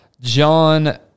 John